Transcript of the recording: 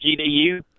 GDU